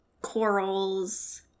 corals